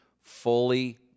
fully